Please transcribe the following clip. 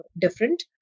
different